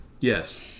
Yes